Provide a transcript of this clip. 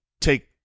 take